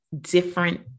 different